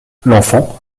l’enfant